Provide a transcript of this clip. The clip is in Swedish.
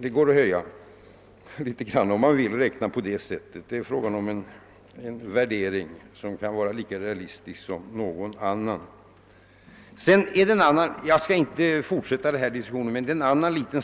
kan kalkylera med högre priser. Det är fråga om en värdering som kan vara lika realistisk som någon annan. Jag skall inte fortsätta denna diskussion länge till.